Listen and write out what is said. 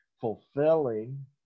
fulfilling